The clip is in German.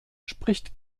spricht